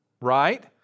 right